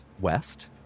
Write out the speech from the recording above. west